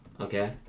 okay